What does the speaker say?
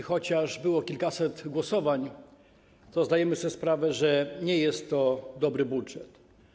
Chociaż było kilkaset głosowań, to zdajemy sobie sprawę, że nie jest to dobry budżet.